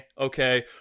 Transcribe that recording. okay